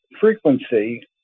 frequency